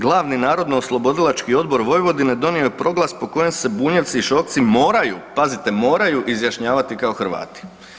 Glavni narodnooslobodilački odbor Vojvodine donio je proglas po kojem se Bunjevci i Šokci moraju, pazite moraju izjašnjavati kao Hrvati.